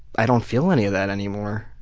i don't feel any of that anymore.